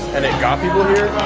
and it got people here,